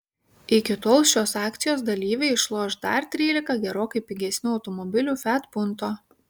iki tol šios akcijos dalyviai išloš dar trylika gerokai pigesnių automobilių fiat punto